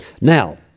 Now